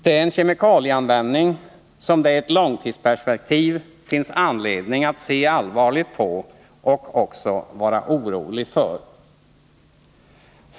Det är en kemikalieanvändning som det i ett långtidsperspektiv finns anledning att se allvarligt på och vara orolig för.